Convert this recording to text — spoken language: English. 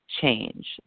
change